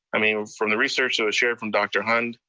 i mean, from the research that was shared from dr. hund,